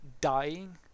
Dying